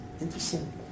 Interesting